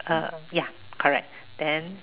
uh ya correct then